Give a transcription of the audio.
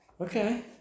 Okay